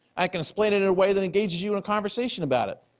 i can split it in a way that engages you in a conversation about it.